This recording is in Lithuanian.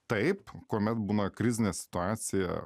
taip kuomet būna krizinė situacija